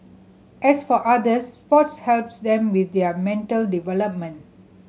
as for others sports helps them with their mental development